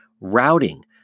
routing